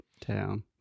town